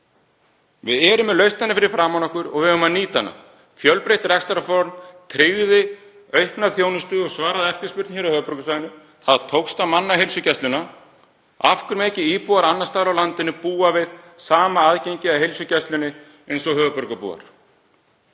Við erum með lausnina fyrir framan okkur og við eigum að nýta hana. Fjölbreytt rekstrarform tryggði aukna þjónustu og svaraði eftirspurn á höfuðborgarsvæðinu. Þar tókst að manna heilsugæsluna. Af hverju mega ekki íbúar annars staðar á landinu búa við sama aðgengi að heilsugæslu og höfuðborgarbúar?